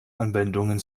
anwendungen